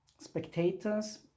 spectators